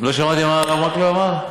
מרשות המסים.